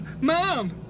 Mom